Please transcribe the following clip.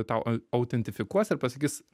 tau autentifikuos ir pasakys